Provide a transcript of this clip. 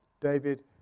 David